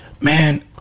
man